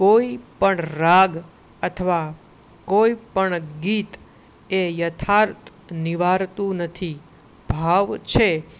કોઈ પણ રાગ અથવા કોઈ પણ ગીત એ યથાર્થ નિવારતું નથી ભાવ છે